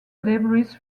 debris